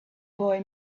boy